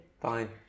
fine